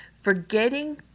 forgetting